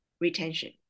retention